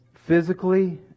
Physically